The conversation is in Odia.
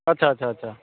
ଆଚ୍ଛା ଆଚ୍ଛା ଆଚ୍ଛା